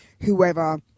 whoever